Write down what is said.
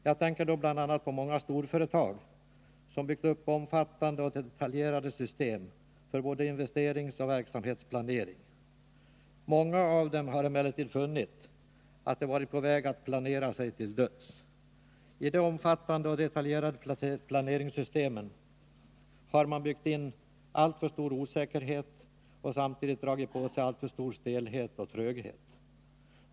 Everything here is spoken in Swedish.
Jag tänker då bl.a. på många storföretag, som byggt upp omfattande och detaljerade system för både investeringsoch verksamhetsplanering. Många av dem har emellertid funnit att de varit på väg att planera sig till döds. I de omfattande och detaljerade planeringssystemen har man byggt in alltför stor osäkerhet och samtidigt dragit på sig alltför mycket av stelhet och tröghet.